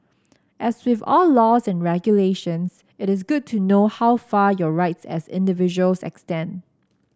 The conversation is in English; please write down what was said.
as with all laws and regulations it is good to know how far your rights as individuals extend